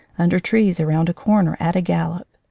under trees, around a corner at a gallop.